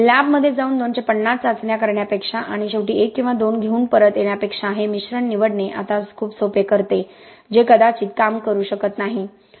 लॅबमध्ये जाऊन 250 चाचण्या करण्यापेक्षा आणि शेवटी एक किंवा दोन घेऊन परत येण्यापेक्षा हे मिश्रण निवडणे आता खूप सोपे करते जे कदाचित काम करू शकत नाहीत